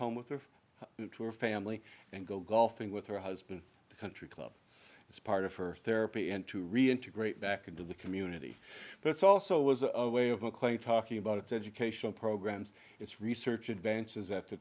home with her family and go golfing with her husband country club it's part of her therapy and to reintegrate back into the community but it's also was a way of mclean talking about its educational programs its research advances at the